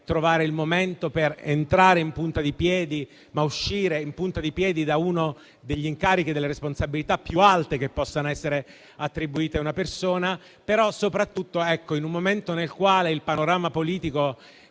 trovare il momento per entrare in punta di piedi ed uscire, altrettanto in punta di piedi, da uno degli incarichi e una delle responsabilità più alti che possano essere attribuiti a una persona. È un momento nel quale il panorama politico